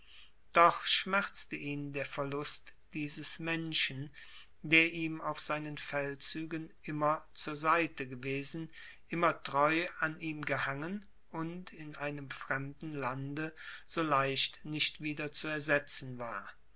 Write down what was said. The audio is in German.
doch schmerzte ihn der verlust dieses menschen der ihm auf seinen feldzügen immer zur seite gewesen immer treu an ihm gehangen und in einem fremden lande so leicht nicht wieder zu ersetzen war